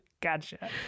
Gotcha